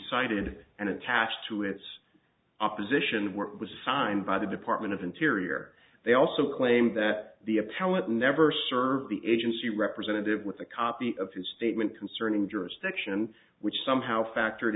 cited and attached to its opposition work was signed by the department of interior they also claimed that the appellant never served the agency representative with a copy of his statement concerning jurisdiction which somehow factored